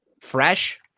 Fresh